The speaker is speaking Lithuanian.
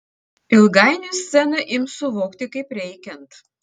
ilgainiui sceną ims suvokti kaip reikiant